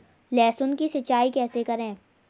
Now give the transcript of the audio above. लहसुन की सिंचाई कैसे करें?